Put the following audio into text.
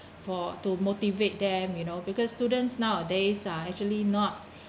for to motivate them you know because students nowadays are actually not